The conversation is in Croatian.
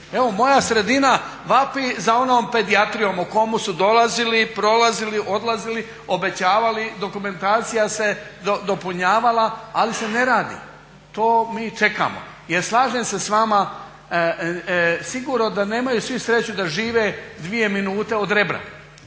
Evo moja sredina vapi za onom pedijatrijom o komu su dolazili, prolazili, odlazili, obećavali, dokumentacija se dopunjavala ali se ne radi. To mi čekamo. Jer slažem se s vama, sigurno da nemaju svi sreću da žive dvije minute od Rebra